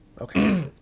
Okay